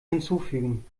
hinzufügen